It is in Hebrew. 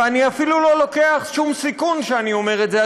ואני אפילו לא לוקח שום סיכון כשאני אומר את זה,